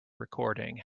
recording